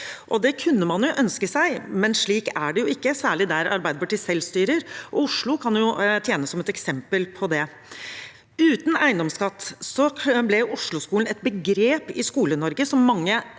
Det kunne man ønsket seg, men slik er det jo ikke, særlig der Arbeiderpartiet selv styrer. Oslo kan tjene som et eksempel på det. Uten eiendomsskatt ble Osloskolen et begrep i Skole-Norge som mange